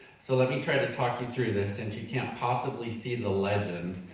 so let me try to talk you through this since you can't possibly see the legend.